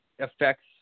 affects